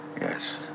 Yes